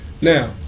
Now